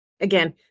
again